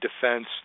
defense